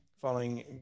following